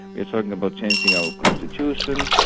they're talking about changing our constitution,